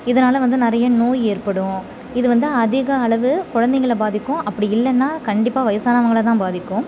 இதனால் வந்து நிறைய நோய் ஏற்படும் இது வந்து அதிக அளவு குழந்தைங்கள பாதிக்கும் அப்படி இல்லைனா கண்டிப்பாக வயசானவங்களை தான் பாதிக்கும்